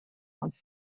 haf